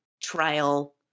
trial